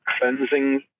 cleansing